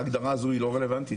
שנולדו להם ילדים ואנחנו לא יודעים,